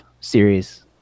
series